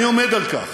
אני עומד על כך